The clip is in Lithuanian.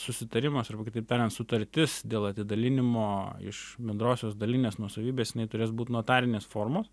susitarimas arba kitaip tariant sutartis dėl atidalinimo iš bendrosios dalinės nuosavybės jinai turės būt notarinės formos